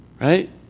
right